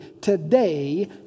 today